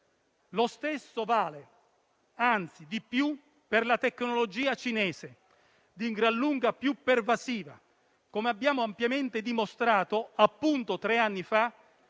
Lo stesso vale - anzi di più - per la tecnologia cinese, di gran lunga più pervasiva, come abbiamo ampiamente dimostrato tre anni fa